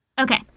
Okay